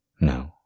No